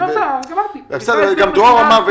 גם דרור אמר,